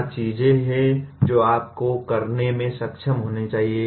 क्या चीजें हैं जो आपको करने में सक्षम होना चाहिए